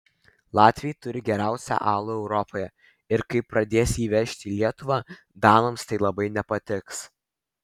latviai turi geriausią alų europoje ir kai pradės jį vežti į lietuvą danams tai labai nepatiks